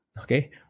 okay